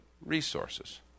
resources